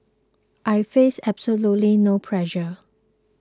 I face absolutely no pressure